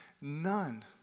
none